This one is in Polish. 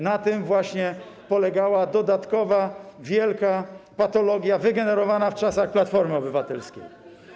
Na tym właśnie polegała dodatkowa wielka patologia wygenerowana w czasach Platformy Obywatelskiej.